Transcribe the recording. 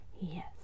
Yes